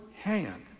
hand